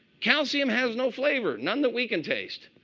calcium has no flavor, none that we can taste.